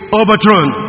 overthrown